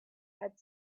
had